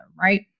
right